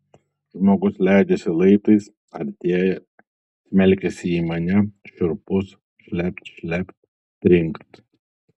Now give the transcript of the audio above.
žmogus leidžiasi laiptais artėja smelkiasi į mane šiurpus šlept šlept trinkt